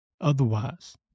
otherwise